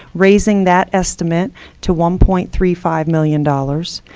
raising that estimate to one point three five million dollars.